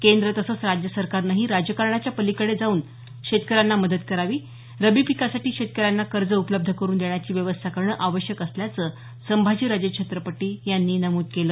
केंद्र तसंच राज्य सरकारनेही राजकारणाच्या पलिकडे जाऊन शेतकऱ्यांना मदत करावी रबी पिकासाठी शेतकऱ्यांना कर्ज उपलब्ध करून देण्याची व्यवस्था करणं आवश्यक असल्याचं संभाजीराजे छत्रपती यांनी नमूद केलं